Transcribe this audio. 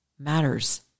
matters